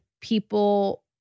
people